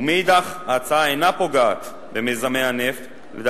ומאידך גיסא ההצעה אינה פוגעת במיזמי הנפט ואינה מפחיתה,